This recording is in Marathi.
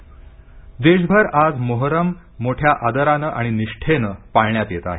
मोहरम देशभर आज मोहरम मोठ्या आदराने आणि निष्ठेने पाळण्यात येत आहे